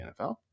NFL